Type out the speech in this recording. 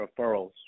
referrals